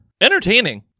Entertaining